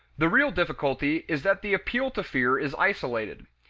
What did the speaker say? the real difficulty is that the appeal to fear is isolated.